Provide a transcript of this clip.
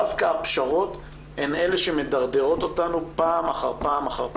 דווקא הפשרות הן אלה שמדרדרות אותנו פעם אחר פעם אחר פעם.